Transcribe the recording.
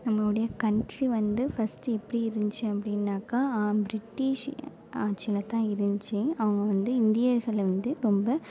நம்மோடைய country வந்து first எப்படி இருந்துச்சி அப்படினாக்க பிரிட்டிஷ் ஆட்சியில் தான் இருந்துச்சி அவங்க வந்து இந்தியர்களை வந்து ரொம்ப